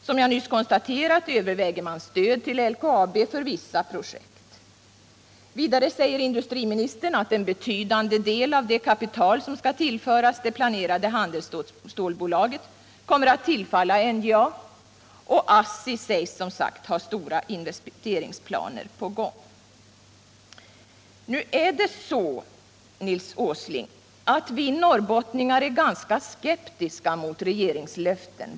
Som jag nyss konstaterat överväger man stöd till LKAB för vissa projekt. Vidare säger industriministern att en betydande del av det kapital som skall tillföras det planerade handelsstålbolaget kommer att tillfalla NJA. Även ASSI lär som sagt ha stora investeringsplaner på gång. Nu är det så, Nils Åsling, att vi norrbottningar är ganska skeptiska mot regeringslöften.